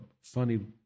funny